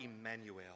Emmanuel